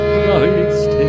Christ